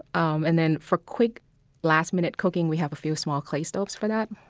um and then for quick last-minute cooking we have a few small clay stoves for that.